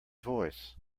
voice